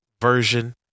version